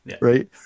right